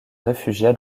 réfugia